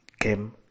came